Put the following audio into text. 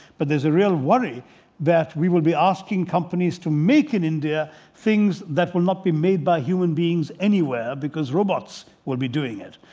but there's a real worry that we will be asking companies companies to make in india things that will not be made by human beings anywhere. because robots will be doing it.